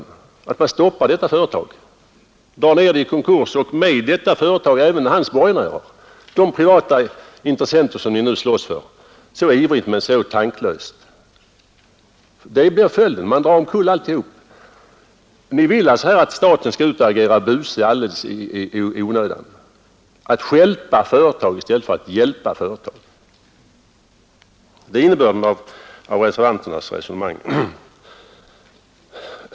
Jo, att man stoppar detta företag, drar ned det i konkurs och med detta företag även företagets borgenärer, de privata intressenter som ni nu slåss för så ivrigt men så tanklöst. Det blir följden. Man drar omkull alltihop. Ni vill alltså att staten skall ut och agera buse alldeles i onödan, att stjälpa företag i stället för hjälpa företag. Det är innebörden av reservanternas resonemang.